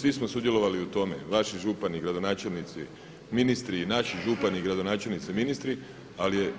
Svi smo sudjelovali u tome, vaši župani, gradonačelnici, ministri, naši župani, gradonačelnici, ministri, ali je